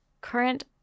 current